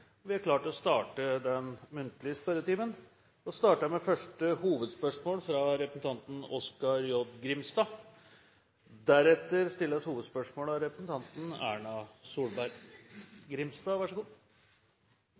vi er klare til å starte den muntlige spørretimen. Vi starter med første hovedspørsmål, fra representanten Oskar J. Grimstad.